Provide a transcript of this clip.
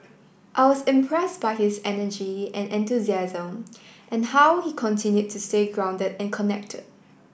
I was impressed by his energy and enthusiasm and how he continued to stay grounded and connected